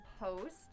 post